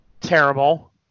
Terrible